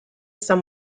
some